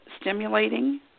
stimulating